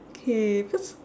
okay cause